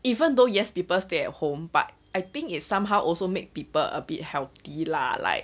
even though yes people stay at home but I think it's somehow also make people a bit healthy lah like